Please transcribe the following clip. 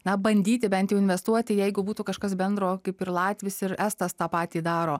na bandyti bent jau investuoti jeigu būtų kažkas bendro kaip ir latvis ir estas tą patį daro